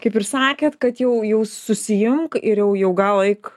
kaip ir sakėt kad jau jau susiimk ir jau jau galo eik